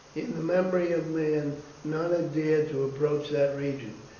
in the memory of man none had dared to approach that region,